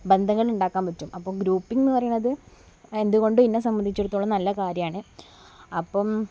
ബന്ധങ്ങൾ ഉണ്ടാക്കാൻ പറ്റും അപ്പോൾ ഗ്രൂപ്പിങ്ങ് എന്ന് പറയുന്നത് എന്തുകൊണ്ടും എന്നെ സംബന്ധിച്ചിടത്തോളം നല്ല കാര്യമാണ് അപ്പം